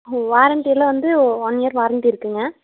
warranty எல்லாம் வந்து one year warranty இருக்குதுங்க